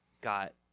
got